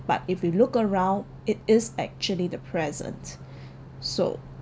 but if you look around it is actually the present so